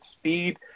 speed